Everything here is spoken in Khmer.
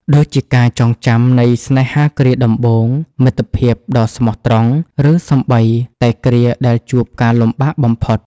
ដូចជាការចងចាំនៃស្នេហាគ្រាដំបូង មិត្តភាពដ៏ស្មោះត្រង់ ឬសូម្បីតែគ្រាដែលជួបការលំបាកបំផុត។